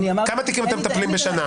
בכמה תיקים אתם מטפלים בשנה?